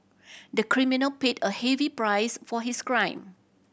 the criminal paid a heavy price for his crime